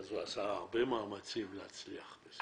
אז הוא עשה הרבה מאמצים להצליח בזה.